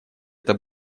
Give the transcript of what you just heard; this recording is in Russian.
это